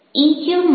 EQ માપન